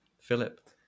Philip